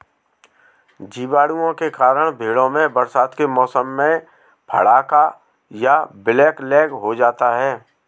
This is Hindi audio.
जीवाणुओं के कारण भेंड़ों में बरसात के मौसम में फड़का या ब्लैक लैग हो जाता है